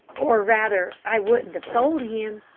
or rather, i wouldn't have sold him,